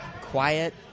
quiet